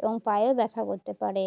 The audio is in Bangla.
এবং পায়েও ব্যথা করতে পারে